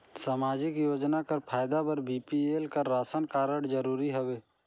समाजिक योजना कर फायदा बर बी.पी.एल कर राशन कारड जरूरी हवे?